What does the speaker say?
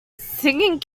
singing